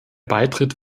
beitritt